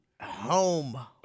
Home